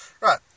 right